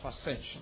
ascension